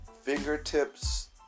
fingertips